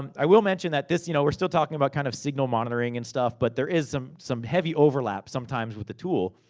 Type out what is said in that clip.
i will mention that, this. you know, we're still talking about, kind of, signal monitoring and stuff, but there is some some heavy overlap, sometimes, with the tool.